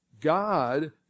God